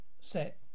set